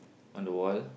on the wall